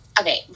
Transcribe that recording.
okay